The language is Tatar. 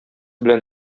белән